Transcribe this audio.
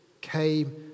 came